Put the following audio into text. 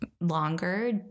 longer